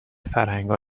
فرهنگها